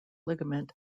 ligament